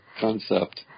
concept